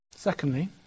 Secondly